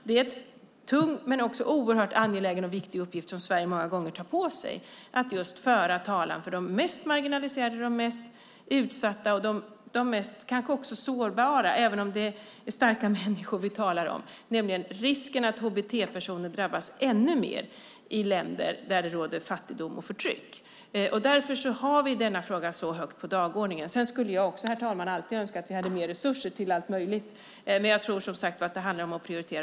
Det är en tung och oerhört angelägen och viktig uppgift som Sverige många gånger tar på sig, det vill säga att föra talan för de mest marginaliserade, de mest utsatta och de mest sårbara - även om det är starka människor vi talar om. Risken är att hbt-personer drabbas ännu mer i länder där det råder fattigdom och förtryck. Därför har vi denna fråga så högt på dagordningen. Sedan skulle jag också, herr talman, alltid önska att vi hade mer resurser till allt möjligt. Men jag tror som sagt att det handlar om att prioritera.